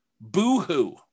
Boo-hoo